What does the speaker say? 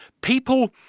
people